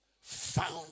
found